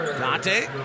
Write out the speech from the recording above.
Dante